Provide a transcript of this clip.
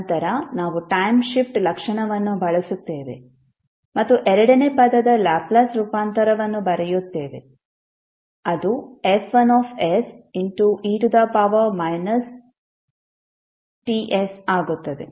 ನಂತರ ನಾವು time shift ಲಕ್ಷಣವನ್ನು ಬಳಸುತ್ತೇವೆ ಮತ್ತು ಎರಡನೇ ಪದದ ಲ್ಯಾಪ್ಲೇಸ್ ರೂಪಾಂತರವನ್ನು ಬರೆಯುತ್ತೇವೆ ಅದುF1se Ts ಆಗುತ್ತದೆ